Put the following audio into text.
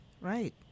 right